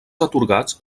atorgats